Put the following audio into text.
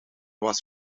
was